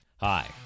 Hi